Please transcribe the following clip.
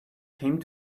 came